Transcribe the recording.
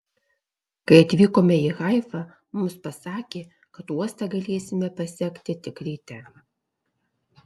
kai atvykome į haifą mums pasakė kad uostą galėsime pasekti tik ryte